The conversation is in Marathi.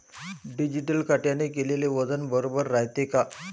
डिजिटल काट्याने केलेल वजन बरोबर रायते का?